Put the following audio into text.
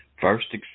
First